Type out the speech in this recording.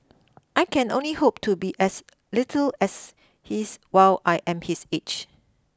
I can only hope to be as little as he's while I am his age